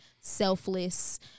selfless